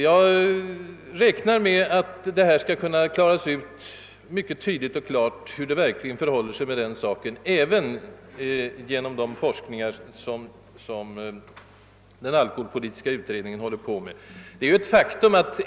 Jag räknar dock med att det mycket tydligt — genom de forskningar, som den alkoholpolitiska utredningen håller på med — skall klaras ut hur det verkligen förhåller sig med denna sak.